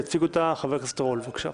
יציג אותה חבר הכנסת רול, בבקשה.